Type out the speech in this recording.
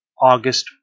August